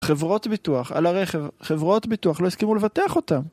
חברות ביטוח, על הרכב, חברות ביטוח, לא הסכימו לבטח אותם